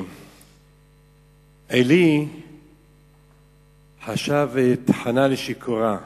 עלי חשב את חנה לשיכורה.